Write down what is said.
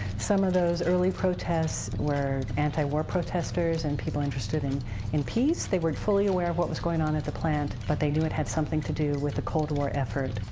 some of those early protests were anti-war protestors and people interested in in peace, they weren't fully aware of what was going on at the plant, but they knew it had something to do with the cold war effort.